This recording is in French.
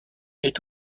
est